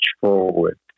forward